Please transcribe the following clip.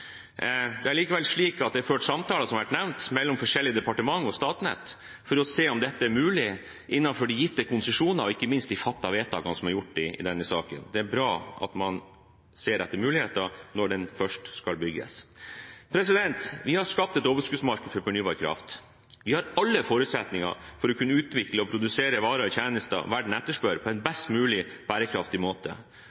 Det er likevel slik – som det har vært nevnt – at det er ført samtaler mellom forskjellige departementer og Statnett for å se om dette er mulig innenfor de gitte konsesjoner og ikke minst innenfor de vedtakene som er fattet i denne saken. Det er bra at man ser etter muligheter når det først skal bygges. Vi har skapt et overskuddsmarked for fornybar kraft. Vi har alle forutsetninger for å kunne utvikle og produsere varer og tjenester verden etterspør, på en best mulig bærekraftig måte.